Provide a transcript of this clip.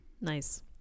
Nice